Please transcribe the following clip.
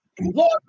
Lord